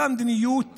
אותה מדיניות